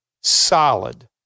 solid